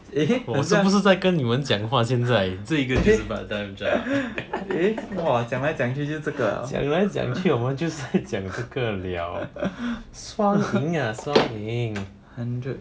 eh 好像都是在跟你们讲话现在这个是 part time job 讲来讲去我们就在讲这个 liao 双赢 ah 双赢